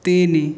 ତିନି